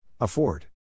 afford